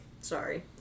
Sorry